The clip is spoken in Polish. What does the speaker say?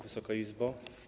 Wysoka Izbo!